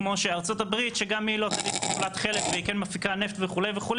כמו שארצות הברית שגם היא לא טלית שכולה תכלת והיא כן מפיקה נפט וכו',